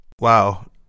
Wow